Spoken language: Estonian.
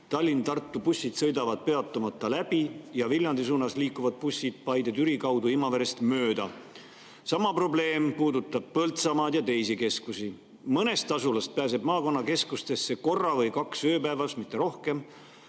Tallinna–Tartu bussid sõidavad peatumata läbi ja Viljandi suunas liikuvad bussid Paide–Türi kaudu Imaverest mööda. Sama probleem puudutab Põltsamaad ja teisi keskusi. Mõnest asulast pääseb maakonnakeskustesse korra või kaks ööpäevas, mitte rohkem.